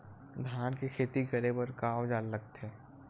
धान के खेती करे बर का औजार लगथे?